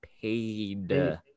paid